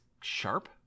sharp